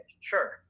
sure